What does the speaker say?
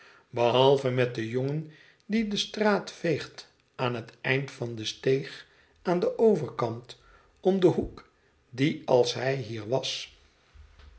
behalve met den jongen die de straat veegt aan het eind van de steeg aan den overkant om den hoek die als hij hier was